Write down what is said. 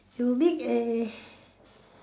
you make a